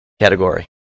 category